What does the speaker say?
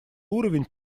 уровень